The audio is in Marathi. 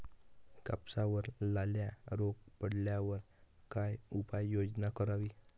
कापसावर लाल्या रोग पडल्यावर काय उपाययोजना करावी?